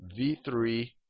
v3